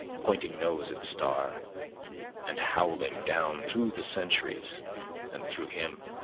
pointing nose at star and howling down through the centuries and through him.